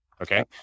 okay